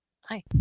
hi